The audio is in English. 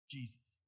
Jesus